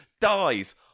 dies